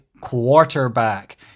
quarterback